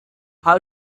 how